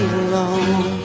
alone